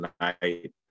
night